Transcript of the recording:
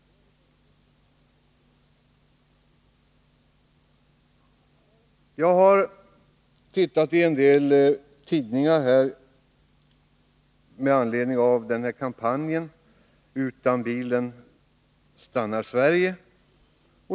Jag har tittat i en del tidningar med anledning av kampanjen Utan bilen stannar Sverige.